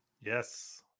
yes